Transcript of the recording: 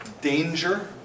danger